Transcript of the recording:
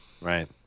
Right